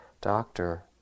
doctor